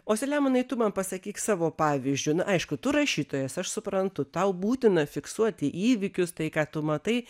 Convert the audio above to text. o selemonai tu man pasakyk savo pavyzdžiu na aišku tu rašytojas aš suprantu tau būtina fiksuoti įvykius tai ką tu matai